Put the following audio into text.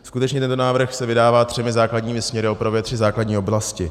Skutečně tento návrh se vydává třemi základními směry a upravuje tři základní oblasti.